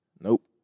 Nope